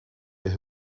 ihr